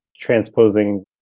transposing